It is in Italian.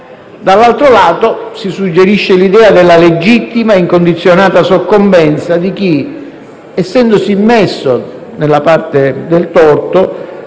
dall'altro lato, si suggerisce l'idea della legittima e incondizionata soccombenza di chi, essendosi messo nella parte del torto,